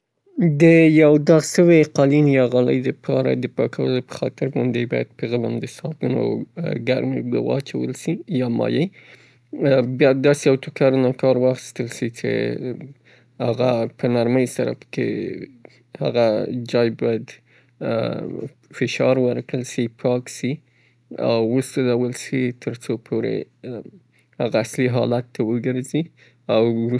یو باغ ته د پاملرنې په خاطر باندې په منظمه توګه دهغه نباتات یا ونې اوبه سي په منظم شکل تر څو لامده وساتل سي او هغه بوټي څې دې لازم نه وي څه د دې بوټو سره د رشد وکي هغه باید ترینه للې، ترینه لیرې کړل سي. او وخت په وخت باندې که چیرې ضرورت وي دهغه دواپاشي وسي تر څو د مضره شیانو نه په امان کې پاتې سي.